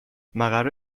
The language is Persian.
مقر